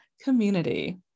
community